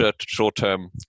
short-term